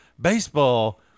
baseball